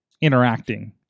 interacting